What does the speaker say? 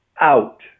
out